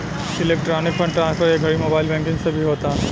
electronic fund transfer ए घड़ी mobile banking से भी होता